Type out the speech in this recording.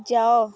ଯାଅ